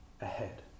ahead